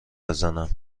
بزنم